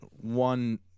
one